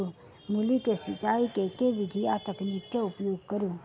मूली केँ सिचाई केँ के विधि आ तकनीक केँ उपयोग करू?